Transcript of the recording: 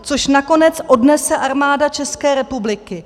Což nakonec odnese Armáda České republiky.